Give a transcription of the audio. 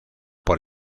por